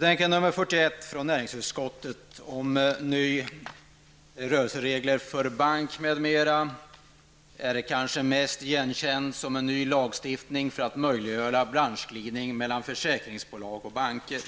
Herr talman! Den lag om rörelseregler för bank m.m. som behandlas i näringsutskottets betänkande nr 41 är mest känd som en ny lag för att möjliggöra branschglidning mellan försäkringsbolag och banker.